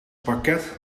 parket